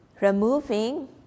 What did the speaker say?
removing